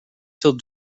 till